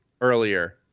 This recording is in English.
earlier